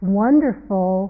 wonderful